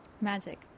magic